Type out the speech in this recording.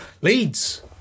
Leeds